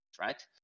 right